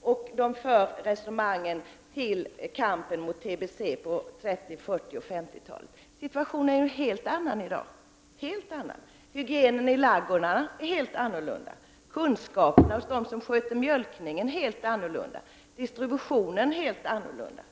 och för resonemang om kampen mot tbc på 30-, 40 och 50-talen. Situationen är ju en helt annan i dag. Hygienen i ladugårdarna är en helt annan och kunskaperna hos dem som sköter mjölkningen är radikalt förbättrade. Också distributionen är helt annorlunda.